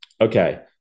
Okay